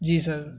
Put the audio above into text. جی سر